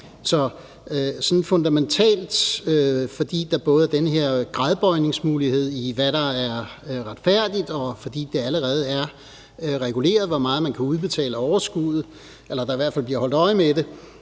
fundamentalt, fordi der både er den her gradbøjningsmulighed, i forhold til hvad der er retfærdigt, og fordi det allerede er reguleret, hvor meget man kan udbetale af overskuddet, eller der bliver i hvert fald holdt øje med det,